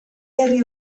herri